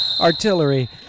artillery